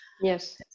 yes